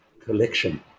collection